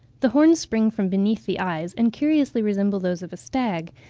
the horns spring from beneath the eyes, and curiously resemble those of a stag,